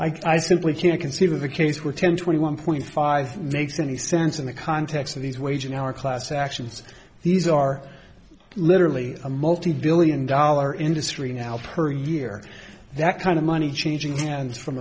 hear i simply can't conceive of a case where ten twenty one point five makes any sense in the context of these wage and hour class actions these are literally a multibillion dollar industry now per year that kind of money changing hands from